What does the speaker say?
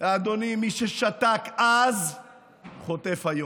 אדוני, מי ששתק אז חוטף היום.